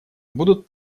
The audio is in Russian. будут